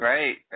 Right